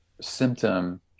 symptom